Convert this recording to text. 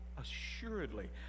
assuredly